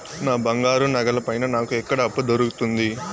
నా బంగారు నగల పైన నాకు ఎక్కడ అప్పు దొరుకుతుంది